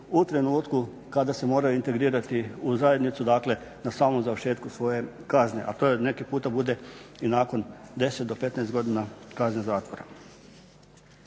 u trenutku kada se moraju integrirati u zajednicu, dakle na samom završetku svoje kazne, a to neki puta bude i nakon 10 do 15 godina kazne zatvora.